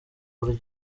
buryo